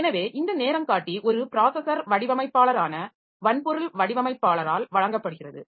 எனவே இந்த நேரங்காட்டி ஒரு ப்ராஸஸர் வடிவமைப்பாளரான வன்பொருள் வடிவமைப்பாளரால் வழங்கப்படுகிறது